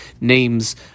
names